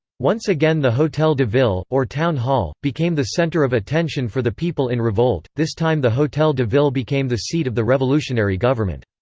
once again the hotel de ville, or town hall, became the center of attention for the people in revolt this time the hotel de ville became the seat of the revolutionary revolutionary government.